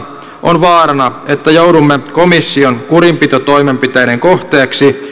on vaarana että joudumme komission kurinpitotoimenpiteiden kohteeksi